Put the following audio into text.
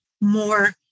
more